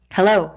Hello